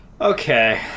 Okay